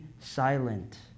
silent